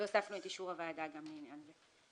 והוספנו את אישור הוועדה גם לעניין זה.